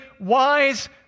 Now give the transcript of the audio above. wise